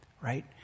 right